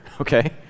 okay